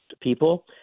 people